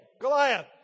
Goliath